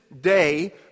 day